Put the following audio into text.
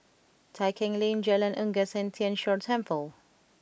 Tai Keng Lane Jalan Unggas and Tien Chor Temple